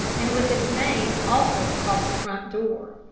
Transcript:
and with its name also across the front door.